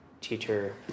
teacher